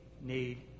need